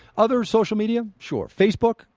other social media, sure. facebook?